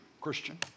Christian